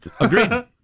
Agreed